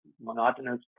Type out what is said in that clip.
monotonous